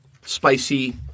spicy